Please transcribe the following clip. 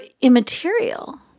immaterial